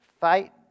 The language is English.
fight